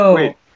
wait